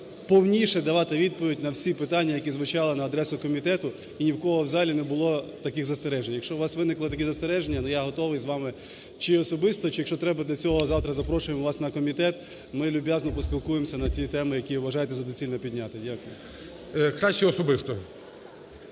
повніше давати відповідь на всі питання, які звучали на адресу комітету, і ні в кого в залі не було таких застережень. Якщо у вас виникли такі застереження, я готовий з вами чи особисто, чи, якщо треба для цього, завтра запрошуємо вас на комітет. Ми люб'язно поспілкуємося на ті теми, які вважаєте за доцільне підняти. Дякую. ГОЛОВУЮЧИЙ. Краще особисто.